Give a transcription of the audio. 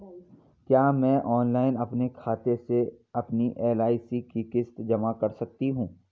क्या मैं ऑनलाइन अपने खाते से अपनी एल.आई.सी की किश्त जमा कर सकती हूँ?